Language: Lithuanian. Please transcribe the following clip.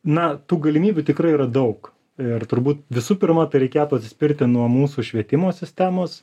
na tų galimybių tikrai yra daug ir turbūt visų pirma tai reikėtų atsispirti nuo mūsų švietimo sistemos